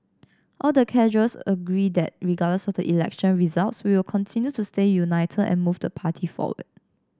all the cadres agree that regardless of the election results we'll continue to stay united and move the party forward